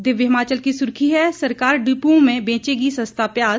दिव्य हिमाचल की सुर्खी हैं सरकार डिपुओं में बेचेगी सस्ता प्याज